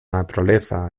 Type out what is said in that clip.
naturaleza